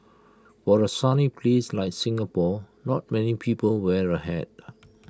for A sunny place like Singapore not many people wear A hat